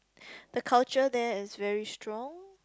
the culture there is very strong